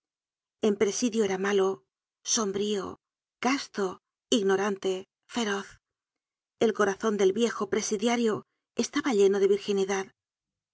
en presidio era malo sombrío casto ignorante feroz el corazon del viejo presidiario estaba lleno de virginidad